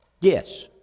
Yes